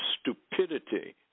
stupidity